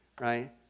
right